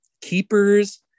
Keepers